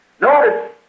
Notice